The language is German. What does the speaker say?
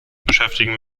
beschäftigen